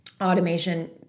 automation